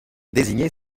désigner